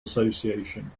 association